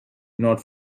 not